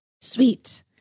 Sweet